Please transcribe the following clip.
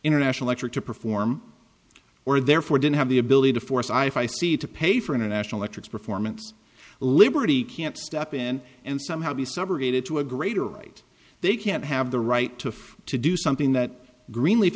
international effort to perform or therefore didn't have the ability to force i see to pay for international efforts performance liberty can't step in and somehow be separated to a greater right they can't have the right to to do something that greenleaf